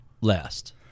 last